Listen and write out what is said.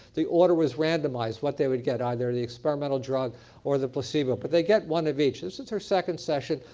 the order is randomized what they would get either the experimental drug or the placebo, but they get one of each. this is her second session.